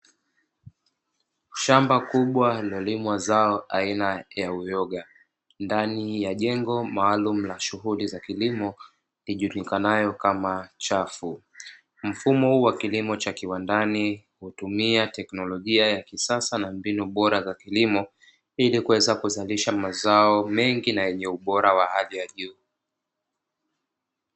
Shamba kubwa lililolimwa zao aina ya uyoga, ndani ya jengo maalumu la shughuli za kilimo lijulikanayo kama chafu. Mfumo huu wa kilimo cha kiwandani, hutumia teknolojia ya kisasa na mbinu bora za kilimo ili kuweza kuzalisha mazao mengi na yenye ubora wa hali ya juu.